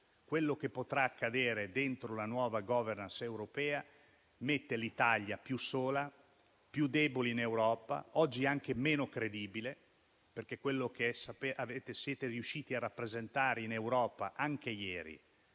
quello che potrà accadere dentro la nuova *governance* europea rende l'Italia più sola, più debole in Europa, oggi anche meno credibile per quello che siete riusciti a rappresentare in Europa anche ieri.